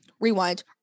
Rewind